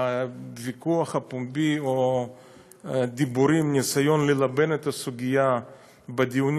הוויכוח הפומבי או הניסיון ללבן את הסוגיה בדיונים